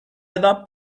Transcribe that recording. era